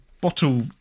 bottle